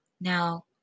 Now